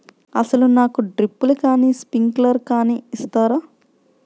అసలు నాకు డ్రిప్లు కానీ స్ప్రింక్లర్ కానీ ఇస్తారా?